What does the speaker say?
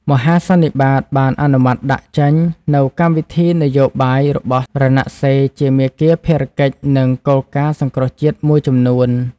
មហាសន្និបាតបានអនុម័តដាក់ចេញ នូវកម្មវិធីនយោបាយរបស់រណសិរ្យ ជាមាគ៌ា ភារកិច្ច និងគោលការណ៍សង្គ្រោះជាតិមួយចំនួន។